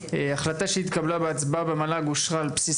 החלטה שהתקבלה בהצבעה במל"ג אושרה על בסיס